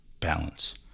balance